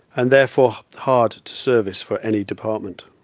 and therefore hard to service for any department.